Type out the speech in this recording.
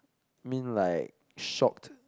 mean like shocked